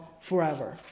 forever